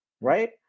right